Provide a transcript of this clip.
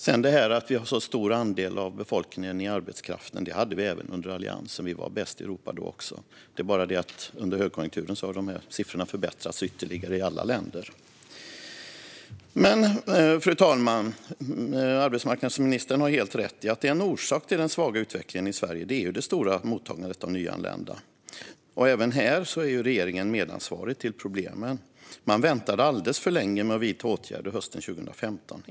Även under Alliansens tid hade vi en stor andel av befolkningen i arbetskraften. Vi var bäst i Europa då också. Det är bara det att under högkonjunkturen har siffrorna förbättrats ytterligare i alla länder. Fru talman! Arbetsmarknadsministern har helt rätt i att en orsak till den svaga utvecklingen i Sverige är mottagandet av ett stort antal nyanlända. Även här är regeringen medansvarig för problemen. Man väntade alldeles för länge med att vidta åtgärder hösten 2015.